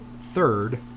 third